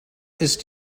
ist